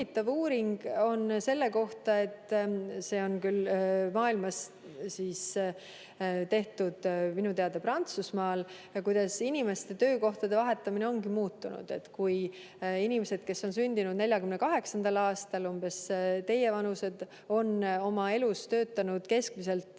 uuring selle kohta – see on küll mujal maailmas tehtud, minu teada Prantsusmaal –, kuidas inimeste töökohtade vahetamine ongi muutunud. Kui inimesed, kes on sündinud 1948. aastal, umbes teievanused, on oma elus töötanud keskmiselt